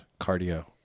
cardio